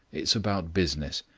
it is about business.